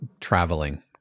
traveling